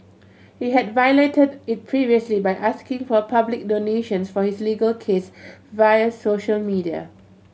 he had violated it previously by asking for public donations for his legal case via social media